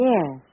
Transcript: Yes